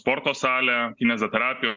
sporto salę kineziterapijo